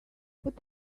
what